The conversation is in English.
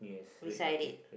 beside it